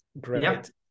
great